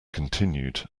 continued